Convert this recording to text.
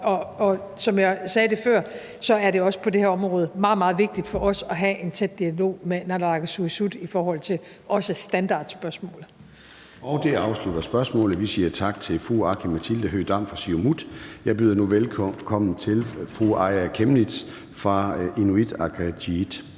Og som jeg sagde det før, er det også på det her område meget, meget vigtigt for os at have en tæt dialog med naalakkersuisut også i forhold til standardspørgsmål. Kl. 13:12 Formanden (Søren Gade): Det afslutter spørgsmålet, og vi siger tak til fru Aki-Matilda Høegh-Dam fra Siumut. Jeg byder nu velkommen til fru Aaja Chemnitz fra Inuit Ataqatigiit.